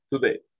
today